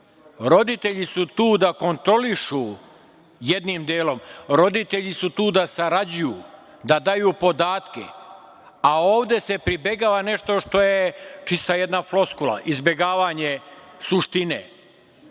Roditelji su tu da kontrolišu jednim delom, roditelji su tu da sarađuju, da daju podatke, a ovde se pribegava nešto što je čista jedna floskula, izbegavanje suštine. Ovde